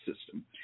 system